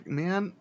man